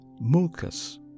mucus